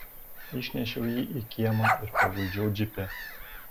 išnešiau jį į kiemą ir paguldžiau džipe